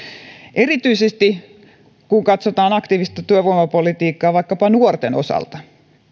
erityisesti kun katsotaan aktiivista työvoimapolitiikkaa vaikkapa nuorten osalta